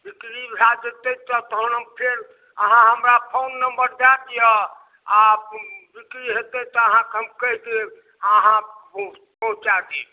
बिक्री भए जेतै तऽ तहन हम फेर अहाँ हमरा फोन नम्बर दै दिअ आ बिक्री होयतै तऽ अहाँ कऽ हम कहि देब अहाँ पऽ पहुँचाए देब